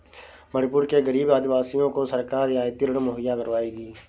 मणिपुर के गरीब आदिवासियों को सरकार रियायती ऋण मुहैया करवाएगी